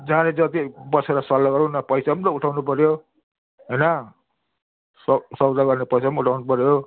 जाने जति बसेर सल्लाह गरौँ न पैसा पनि त उठाउनु पर्यो होइन सौ सौदा गर्ने पैसा पनि उठाउनु पर्यो